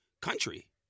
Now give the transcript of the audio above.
country